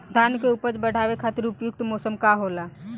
धान के उपज बढ़ावे खातिर उपयुक्त मौसम का होला?